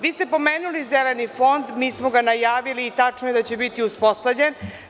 Vi ste pomenuli „Zeleni fond“, mi smo ga najavili i tačno je da će biti uspostavljen.